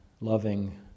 loving